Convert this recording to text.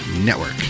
Network